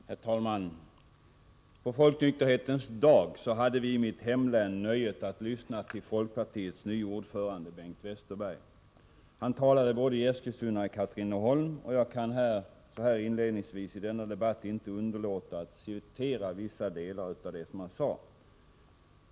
Herr talman! På Folknykterhetens dag hade vi i mitt hemlän nöjet att lyssna till folkpartiets nye ordförande Bengt Westerberg. Han talade både i Eskilstuna och i Katrineholm, och jag kan så här inledningsvis i denna debatt inte underlåta att återge vissa delar av det som han sade.